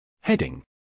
Heading